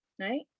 right